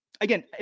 again